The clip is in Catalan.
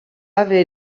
haver